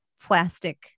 plastic